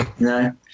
No